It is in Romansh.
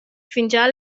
fingià